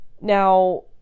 Now